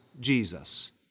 Jesus